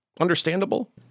understandable